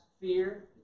fear